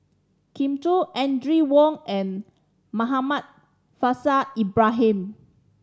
Kin Chui Audrey Wong and Muhammad Faishal Ibrahim